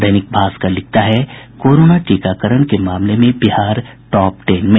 दैनिक भास्कर लिखता है कोरोना टीकाकरण में मामले में बिहार टॉप टेन में